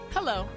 Hello